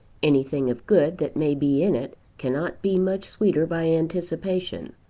anything of good that may be in it cannot be much sweeter by anticipation.